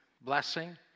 blessing